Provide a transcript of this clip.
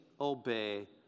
obey